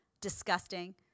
Disgusting